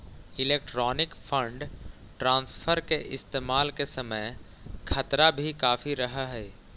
electronic fund transfer के इस्तेमाल के समय खतरा भी काफी रहअ हई